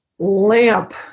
lamp